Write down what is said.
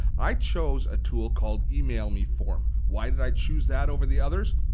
i chose a tool called emailmeform. why did i choose that over the others?